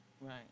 Right